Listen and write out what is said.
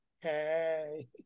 Hey